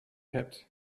hebt